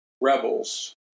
rebels